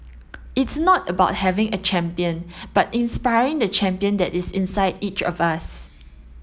it's not about having a champion but inspiring the champion that is inside each of us